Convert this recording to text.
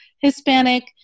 Hispanic